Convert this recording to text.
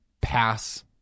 pass